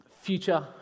Future